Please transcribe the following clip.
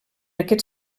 aquest